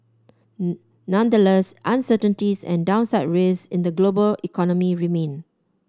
nonetheless uncertainties and downside risks in the global economy remain